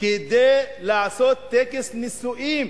כדי לעשות טקס נישואין